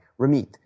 Ramit